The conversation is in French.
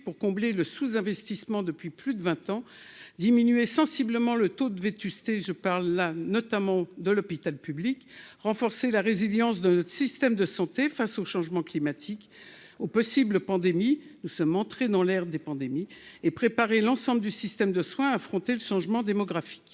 pour combler le sous-investissement depuis plus de 20 ans diminuer sensiblement le taux de vétusté, je parle notamment de l'hôpital public, renforcer la résilience de système de santé face au changement climatique oh possible pandémie, nous sommes entrés dans l'ère des pandémies et préparer l'ensemble du système de soins affronter le changement démographique